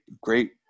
great